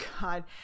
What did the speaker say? God